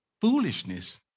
Foolishness